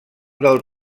del